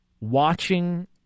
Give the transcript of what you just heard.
watching